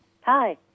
Hi